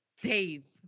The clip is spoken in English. Dave